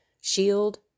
shield